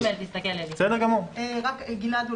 גלעד,